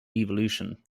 evolution